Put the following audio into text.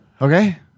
Okay